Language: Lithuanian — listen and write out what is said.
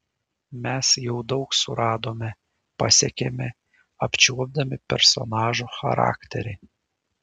mes jau daug suradome pasiekėme apčiuopdami personažo charakterį